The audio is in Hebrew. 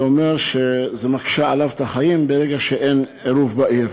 זה אומר שזה מקשה עליו את החיים, שאין עירוב בעיר.